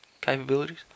capabilities